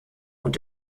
und